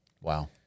Wow